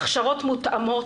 הכשרות מותאמות,